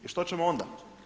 I što ćemo onda?